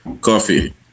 coffee